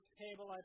table